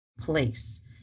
place